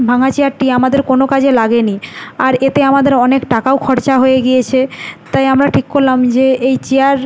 ভাঙা চেয়ারটি আমাদের কোনো কাজে লাগে নি আর এতে আমাদের অনেক টাকাও খরচা হয়ে গিয়েছে তাই আমরা ঠিক করলাম যে এই চেয়ার